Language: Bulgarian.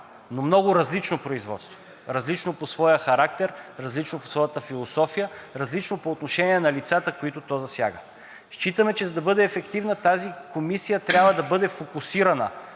но много различно производство – различно по своя характер, различно по своята философия, различно по отношение на лицата, които то засяга. Считаме, че за да бъде ефективна тази комисия, трябва да бъде фокусирана,